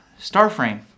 Starframe